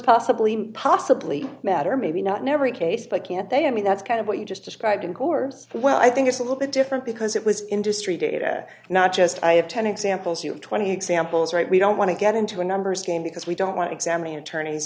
possibly possibly matter maybe not never in case but can't they i mean that's kind of what you just described of course well i think it's a little bit different because it was industry data not just i have ten examples you twenty examples right we don't want to get into a numbers game because we don't want examine attorneys